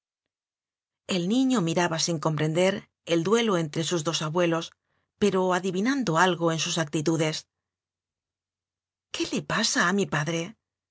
el niño miraba sin comprender el duelo entre sus dos abuelos pero adivinando algo en sus actitudes qué le pasa a mi padre